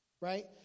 right